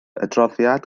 adroddiad